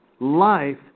Life